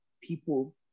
people